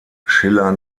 schiller